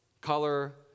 color